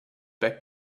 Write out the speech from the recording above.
back